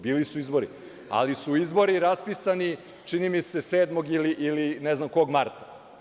Bili su izbori, ali su izbori raspisani, čini mi se 7. ili ne znam kog marta.